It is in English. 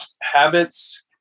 habits